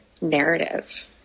narrative